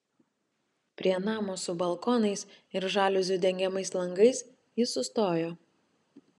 prie namo su balkonais ir žaliuzių dengiamais langais jis sustojo